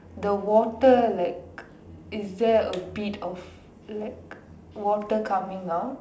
the water like is there a bit of like water coming out